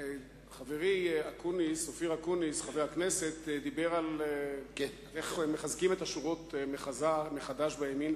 חברי חבר הכנסת אופיר אקוניס דיבר על איך מחזקים את השורות מחדש בימין,